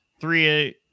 three